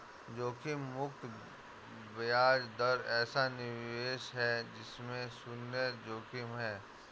जोखिम मुक्त ब्याज दर ऐसा निवेश है जिसमें शुन्य जोखिम है